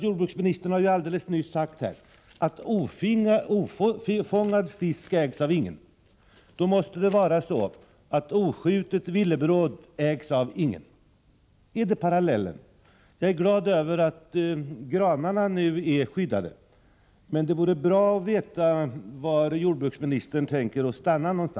Jordbruksministern har alldeles nyss sagt att ofångad fisk ägs av ingen. Då måste det också vara så, att oskjutet villebråd ägs av ingen. Är detta parallellen? Jag är glad över att granarna nu är skyddade, men det skulle vara bra att få veta var jordbruksministern tänker stanna.